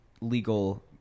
legal